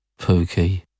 Pookie